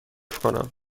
کنم